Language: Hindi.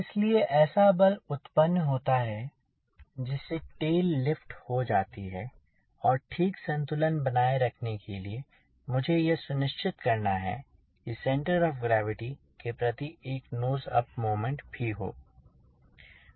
इसलिए ऐसा बल उत्पन्न होता है जिससे टेल लिफ्ट हो जाती है और ठीक संतुलन बनाए रखने के लिए मुझे यह सुनिश्चित करना है कि सेंटर ऑफ़ ग्रैविटी के प्रति एक नोज अप मोमेंट भी हो